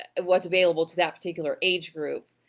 and what's available to that particular age group.